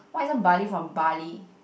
why isn't barley from Bali